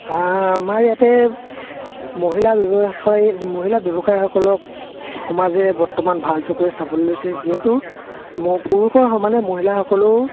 আমাৰ ইয়াতে মহিলা ব্যৱসায়ী মহিলা ব্যৱসায়ীসকলক সমাজে বৰ্তমান ভাল চকুৰে চাবলৈ লৈছে যিহেতু ম পুৰুষৰ সমানে মহিলাসকলেও